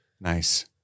Nice